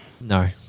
No